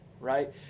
right